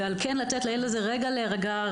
וכן לתת לילד הזה רגע להירגע,